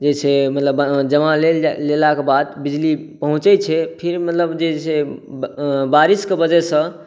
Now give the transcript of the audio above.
जे छै मतलब जमा लेल लेलाके बाद बिजली पहुँचै छै फेर मतलब जे छै बारिशके वजहसँ